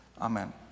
Amen